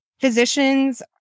physicians